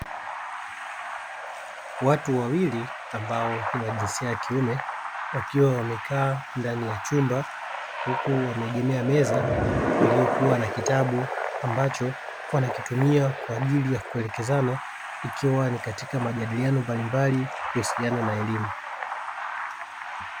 Watu wawili, ambao ni wa jinsia ya kiume, wakiwa wamekaa ndani ya chumba, huku wameegamia meza iliyo kuwa na kitabu, ambacho wanakitumia kwa ajili ya kuelekezana. Ikiwa ni katika majadiliano mbalimbali kuhusiana na elimu.